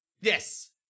Yes